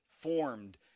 formed